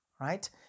right